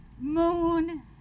moon